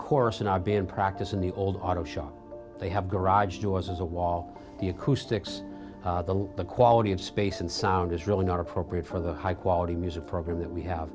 course in our band practice in the old auto shop they have garage doors as a wall the acoustics the the quality of space and sound is really not appropriate for the high quality music program that we